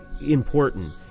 important